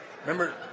Remember